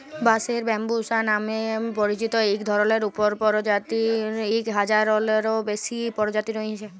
বাঁশের ব্যম্বুসা লামে পরিচিত ইক ধরলের উপপরজাতির ইক হাজারলেরও বেশি পরজাতি রঁয়েছে